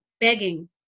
Begging